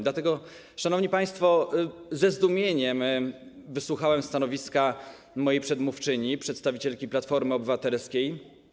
Dlatego, szanowni państwo, ze zdumieniem wysłuchałem stanowiska mojej przedmówczyni, przedstawicielki Platformy Obywatelskiej.